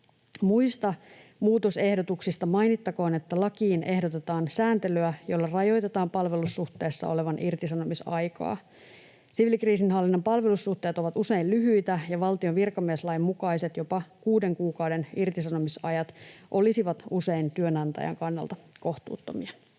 Muista muutosehdotuksista mainittakoon, että lakiin ehdotetaan sääntelyä, jolla rajoitetaan palvelussuhteessa olevan irtisanomisaikaa. Siviilikriisinhallinnan palvelussuhteet ovat usein lyhyitä, ja valtion virkamieslain mukaiset jopa 6 kuukauden irtisanomisajat olisivat usein työnantajan kannalta kohtuuttomia.